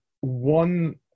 one